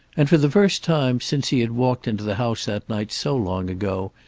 and for the first time since he had walked into the house that night so long ago,